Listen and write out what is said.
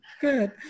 Good